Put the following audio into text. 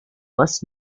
must